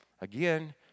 Again